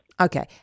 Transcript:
okay